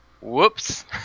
Whoops